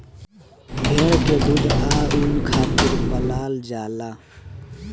भेड़ के दूध आ ऊन खातिर पलाल जाला